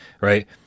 right